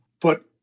But-